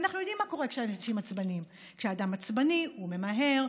ואנחנו יודעים מה קורה כשאנשים עצבניים: כשאדם עצבני הוא ממהר,